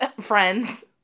friends